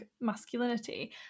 masculinity